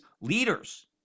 leaders